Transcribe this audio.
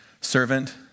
servant